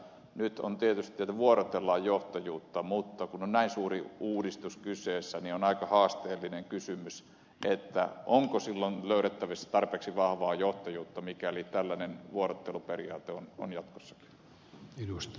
nyt on tietysti niin että vuorotellaan johtajuutta mutta kun on näin suuri uudistus kyseessä niin on aika haasteellinen kysymys se onko silloin löydettävissä tarpeeksi vahvaa johtajuutta mikäli tällainen vuorotteluperiaate on jatkossakin